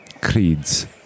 creeds